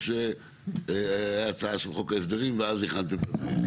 או שהייתה הצעה של חוק ההסדרים ואז הכנתם תדריך?